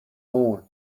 horn